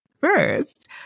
First